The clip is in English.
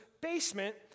basement